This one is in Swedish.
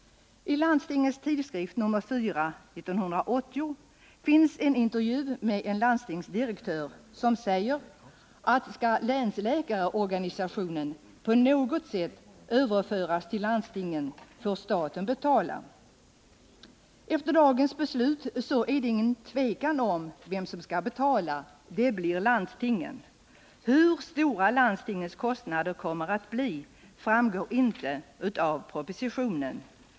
I Landstingens Tidskrift nr 4 i år finns en intervju med en landstingsdirektör som säger att skall länsläkarorganisationen på något sätt överföras till landstingen får staten betala. Efter dagens beslut råder inget tvivel om vem som skall betala. Det blir landstingen. Hur stora landstingens kostnader blir framgår inte av propositionen.